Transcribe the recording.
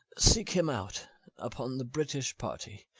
seek him out upon the british party